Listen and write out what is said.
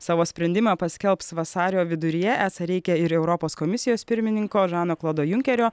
savo sprendimą paskelbs vasario viduryje esą reikia ir europos komisijos pirmininko žano klodo junkerio